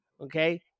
Okay